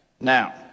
Now